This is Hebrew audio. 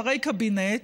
שרי קבינט,